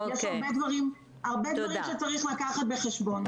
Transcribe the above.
יש הרבה דברים שצריך לקחת בחשבון.